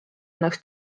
annaks